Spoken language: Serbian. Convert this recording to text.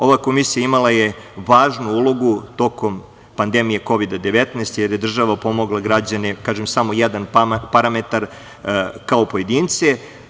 Ova komisija imala je važnu ulogu tokom pandemije Kovida - 19, jer je država pomogla građane, samo jedan parametar, kao pojedince.